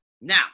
Now